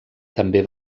també